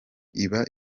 iba